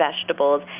vegetables